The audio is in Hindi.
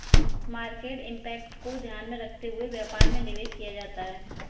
मार्केट इंपैक्ट को ध्यान में रखते हुए व्यापार में निवेश किया जाता है